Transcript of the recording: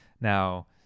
now